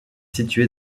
situé